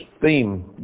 theme